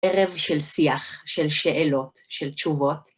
ערב של שיח, של שאלות, של תשובות.